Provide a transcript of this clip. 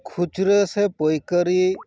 ᱠᱷᱩᱪᱨᱟᱹ ᱥᱮ ᱯᱟᱹᱭᱠᱟᱹᱨᱤ